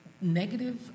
negative